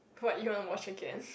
what you want watch again